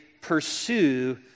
pursue